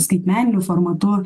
skaitmeniniu formatu